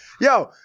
yo